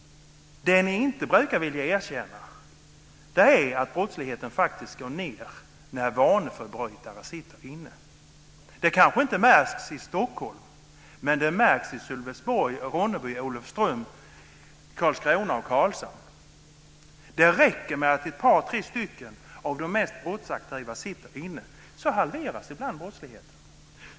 Det ni inte brukar vilja erkänna är att brottsligheten faktiskt går ner när vaneförbrytare sitter inne. Det kanske inte märks i Stockholm, men det märks i Sölvesborg, Ronneby, Olofström, Karlskrona och Karlshamn. Det räcker med att ett par tre stycken av de mest brottsaktiva sitter inne så halveras ibland brottsligheten.